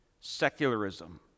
secularism